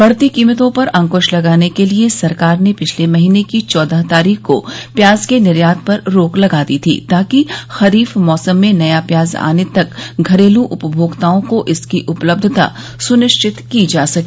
बढ़ती कीमतों पर अंकृश लगाने के लिए सरकार ने पिछले महीने की चौदह तारीख को प्याज के निर्यात पर रोक लगा दी थी ताकि खरीफ मौसम में नया प्याज आने तक घरेलु उपभोक्ताओं को इसकी उपलब्धता सुनिश्चित की जा सके